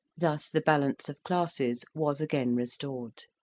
thus the balance of classes was again restored.